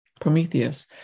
Prometheus